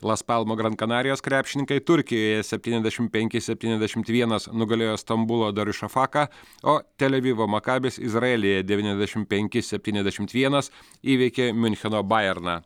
las palmo grankanarijos krepšininkai turkijoje septyniasdešimt penki septyniasdešimt vienas nugalėjo stambulo darišofaką o tel avivo makabis izraelyje devyniasdešimt penki septyniasdešimt vienas įveikė miuncheno bajerną